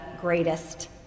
greatest